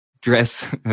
dress